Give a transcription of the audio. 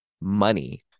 money